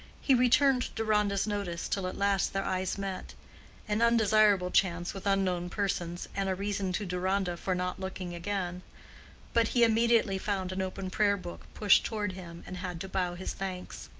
he returned deronda's notice till at last their eyes met an undesirable chance with unknown persons, and a reason to deronda for not looking again but he immediately found an open prayer-book pushed toward him and had to bow his thanks.